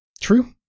True